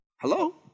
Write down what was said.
Hello